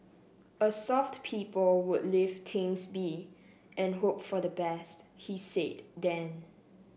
a soft people would leave things be and hope for the best he said then